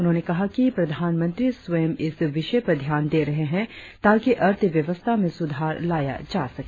उन्होंने कहा कि प्रधानमंत्री स्वयं इस विषय पर ध्यान दे रहे हैं ताकि अर्थव्यवस्था में सुधार लाया जा सके